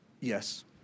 Yes